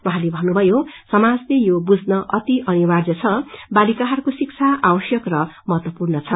उहाँले भन्नुभयो समाजले यो बुझ्न अति अनिर्वाय छ बालिकाहरूको शिक्षा आवश्यक र महत्वपूर्ण हो